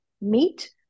meat